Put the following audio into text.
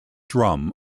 drum